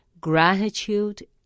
gratitude